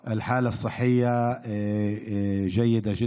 חזרנו, ותמיד טוב יותר לחזור.